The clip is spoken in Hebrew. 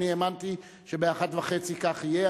אני האמנתי שב-13:30 כך יהיה.